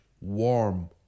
warm